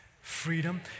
freedom